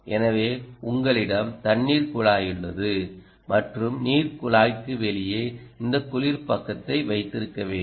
எனவே உங்களிடம் தண்ணீர் குழாய் உள்ளது மற்றும் நீர் குழாய்க்கு வெளியே இந்த குளிர் பக்கத்தை வைத்திருக்க வேண்டும்